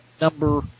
number